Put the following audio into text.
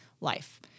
life